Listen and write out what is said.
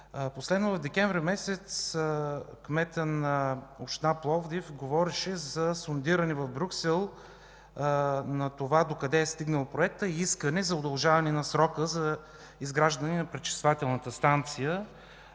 Последно през декември месец кметът на община Пловдив говореше за сондиране в Брюксел на това докъде е стигнал проектът и искане за удължаване на срока за изграждане на пречиствателната станция.